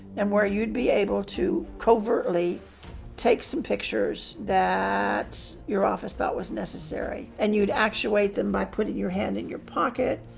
and where you'd be able to covertly take some pictures that your office thought was necessary. and you'd actuate them by putting your hand in your pocket,